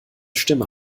stimme